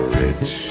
rich